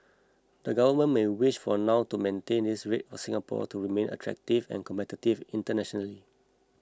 the government may wish for now to maintain this rate for Singapore to remain attractive and competitive internationally